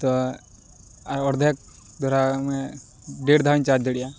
ᱛᱚ ᱟᱨ ᱚᱨᱫᱷᱮᱠ ᱫᱚᱲᱦᱟ ᱢᱟᱱᱮ ᱰᱮᱲ ᱫᱷᱟᱣᱤᱧ ᱪᱟᱨᱡᱽ ᱫᱟᱲᱮᱭᱟᱜᱼᱟ